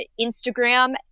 Instagram